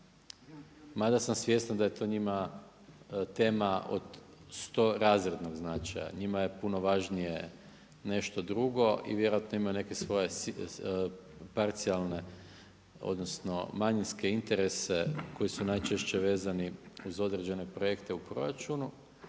mada sam svjestan da je to njima tema od sto razrednog značaja. Njima je puno važnije nešto drugo i vjerojatno ima neke svoje parcijalne, odnosno manjinske interese koji su najčešće vezani uz određene projekte u proračunu.